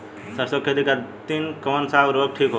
सरसो के खेती खातीन कवन सा उर्वरक थिक होखी?